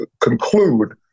conclude